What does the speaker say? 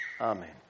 Amen